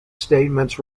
statements